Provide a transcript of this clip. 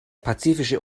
pazifische